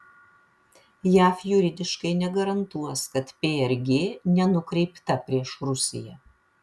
jav juridiškai negarantuos kad prg nenukreipta prieš rusiją